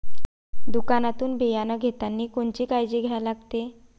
दुकानातून बियानं घेतानी कोनची काळजी घ्या लागते?